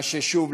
ושוב,